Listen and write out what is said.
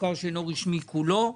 למוכר שאינו רשמי כולו.